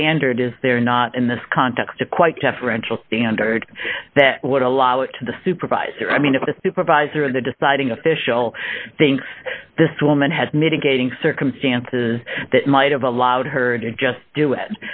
standard is there not in this context a quite deferential standard that would allow it to the supervisor i mean if the supervisor of the deciding official thinks this woman has mitigating circumstances that might have allowed her to just do it